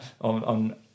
on